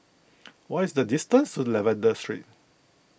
what is the distance to Lavender Street